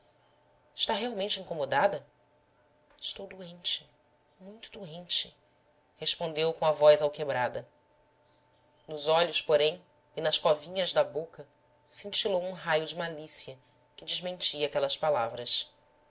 está realmente incomodada estou doente muito doente respondeu com a voz alquebrada nos olhos porém e nas covinhas da boca cintilou um raio de malícia que desmentia aquelas palavras